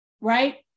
right